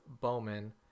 Bowman